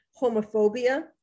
homophobia